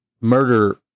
murder